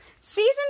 Season